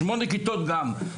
שמונה כיתות גם,